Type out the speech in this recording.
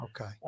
Okay